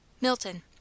Milton